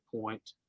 point